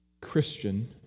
Christian